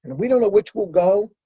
and we don't know which will go.